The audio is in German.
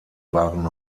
waren